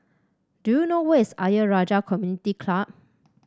do you know where is Ayer Rajah Community Club